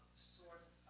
sort